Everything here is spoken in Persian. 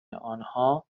آنها